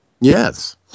Yes